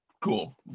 Cool